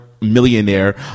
millionaire